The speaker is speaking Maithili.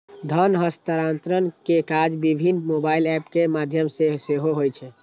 धन हस्तांतरण के काज विभिन्न मोबाइल एप के माध्यम सं सेहो होइ छै